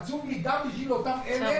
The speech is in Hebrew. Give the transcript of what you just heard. עצוב לי גם בגין אותם אלה שרוצים להתחתן.